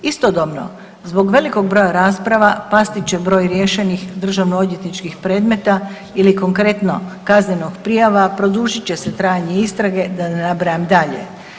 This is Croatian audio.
Istodobno zbog velikog broja rasprava pasti će broj riješenih državnoodvjetničkih predmeta ili konkretno kaznenih prijava, produžit će se trajanje istrage da ne nabrajam dalje.